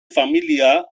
familia